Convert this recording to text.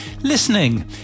Listening